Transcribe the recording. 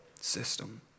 system